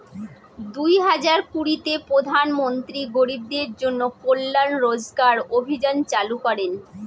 দুই হাজার কুড়িতে প্রধান মন্ত্রী গরিবদের জন্য কল্যান রোজগার অভিযান চালু করেন